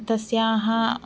तस्याः